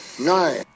Nine